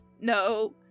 No